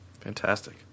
fantastic